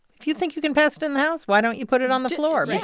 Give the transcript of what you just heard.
if you think you can pass it in the house, why don't you put it on the floor? but